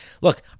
Look